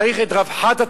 צריך את רווחת התרנגולות.